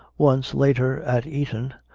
once, later, at eton,